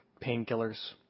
painkillers